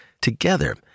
Together